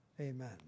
amen